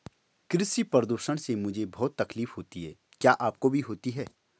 कृषि प्रदूषण से मुझे बहुत तकलीफ होती है क्या आपको भी होती है